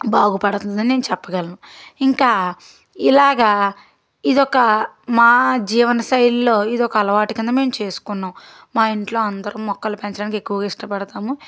బాగుపడుతుందని నేను చెప్పగలను ఇంకా ఇలాగా ఇది ఒక మా జీవన శైలిలో ఇదొక అలవాటు క్రింద మేము చేసుకున్నాము మా ఇంట్లో అందరూ మొక్కలు పెంచడానికి ఎక్కువగా ఇష్టపడతాము